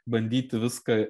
bandyti viską